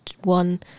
One